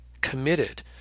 committed